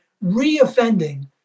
re-offending